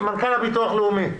מנכ"ל הביטוח הלאומי,